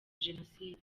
jenoside